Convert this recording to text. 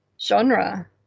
genre